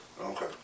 Okay